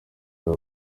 hari